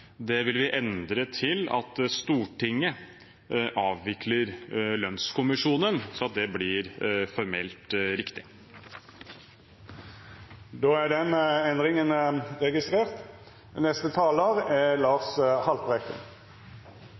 Det vil vi endre til «Stortinget avvikler Lønnskommisjonen», slik at det blir formelt riktig. Då er den endringa registrert. Det har vært gode innlegg i denne saken så langt, men jeg er